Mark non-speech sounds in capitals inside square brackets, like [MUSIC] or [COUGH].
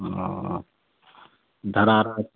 हँ धरा [UNINTELLIGIBLE]